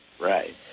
right